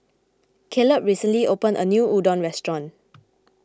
Kaleb recently opened a new Udon restaurant